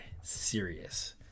serious